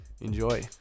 enjoy